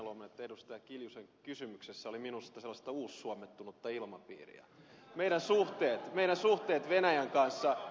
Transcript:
kimmo kiljusen kysymyksessä oli minusta sellaista uussuomettunutta ilmapiiriä veden suhteen vielä suhteet venäjän kanssa